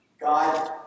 God